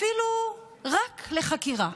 אפילו רק לחקירה,